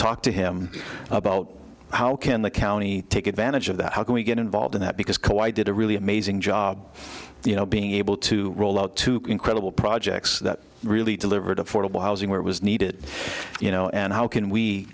talk to him about how can the county take advantage of that how can we get involved in that because co i did a really amazing job you know being able to roll out incredible projects that really delivered affordable housing where it was needed you know and how can